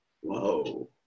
Whoa